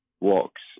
walks